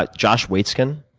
but josh waitzkin,